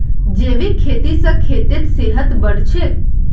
जैविक खेती स खेतेर सेहत बढ़छेक